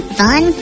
fun